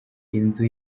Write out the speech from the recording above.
inzu